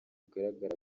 rugaragara